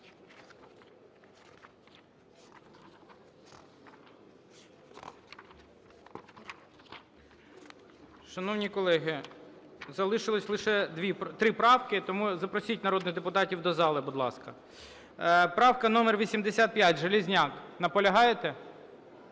Шановні колеги, залишилось лише три правки. Тому запросіть народних депутатів до зали, будь ласка. Правка номер 85, Железняк. Наполягаєте?